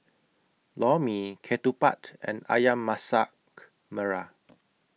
Lor Mee Ketupat and Ayam Masak Merah